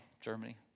Germany